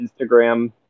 Instagram